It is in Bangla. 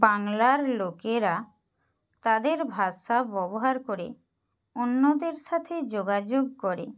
বাংলার লোকেরা তাদের ভাষা ব্যবহার করে অন্যদের সাথে যোগাযোগ করে